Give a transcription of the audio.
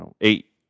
eight